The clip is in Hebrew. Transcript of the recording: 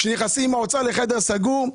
כשנכנסים עם האוצר לחדר סגור,